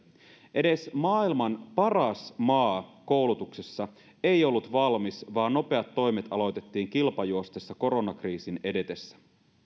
edes maailman paras maa koulutuksessa ei ollut valmis vaan nopeat toimet aloitettiin kilpajuostessa koronakriisin edetessä